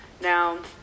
Now